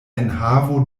enhavo